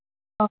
ആ